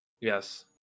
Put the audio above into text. Yes